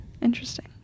interesting